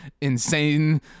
insane